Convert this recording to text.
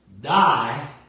die